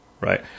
Right